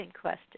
question